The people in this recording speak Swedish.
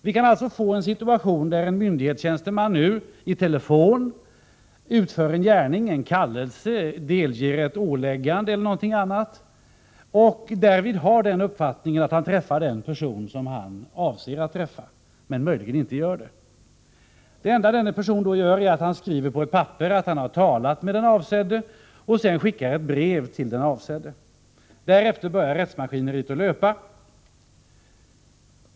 Vi kan alltså få en situation där en myndighetstjänsteman i telefon utför en gärning, en kallelse, delger ett åläggande eller något annat och därvid har uppfattningen att han träffar den person som han avser att träffa, men möjligen inte gör det. Det enda denne myndighetsperson gör är att han skriver på ett papper att han har talat med den avsedde och sedan skickar ett brev till den avsedde. Därefter börjar rättsmaskineriet att löpa.